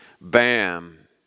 Bam